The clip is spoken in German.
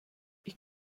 ich